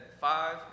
five